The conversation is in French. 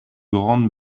grande